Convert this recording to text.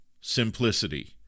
simplicity